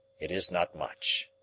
it is not much,